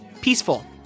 peaceful